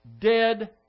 dead